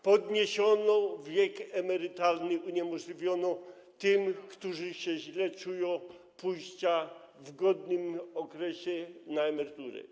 podniesiono wiek emerytalny, uniemożliwiono tym, którzy się źle czują, pójście w godnym okresie na emeryturę?